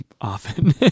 often